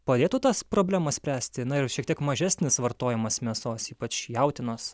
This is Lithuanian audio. padėtų tas problemas spręsti na ir šiek tiek mažesnis vartojimas mėsos ypač jautienos